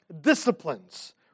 disciplines